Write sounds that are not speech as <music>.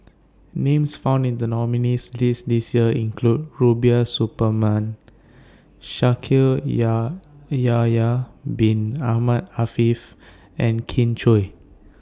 Names found in The nominees' list This Year include Rubiah Suparman <unintelligible> Yahya Bin Ahmed Afifi and Kin Chui